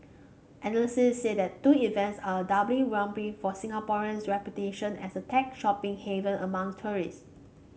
analysts said the two events are a double whammy for Singapore's reputation as a tech shopping haven among tourist